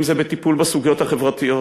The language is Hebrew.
אם בטיפול בסוגיות החברתיות,